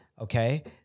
okay